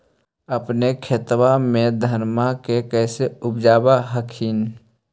अपने खेतबा मे धन्मा के कैसे उपजाब हखिन?